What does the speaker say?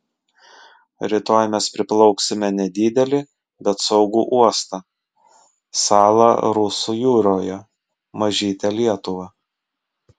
rytoj mes priplauksime nedidelį bet saugų uostą salą rusų jūroje mažytę lietuvą